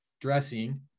dressing